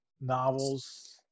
novels